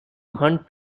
hunt